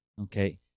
okay